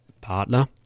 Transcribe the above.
partner